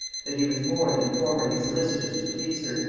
that he was more than formerly solicitous to please her,